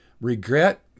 regret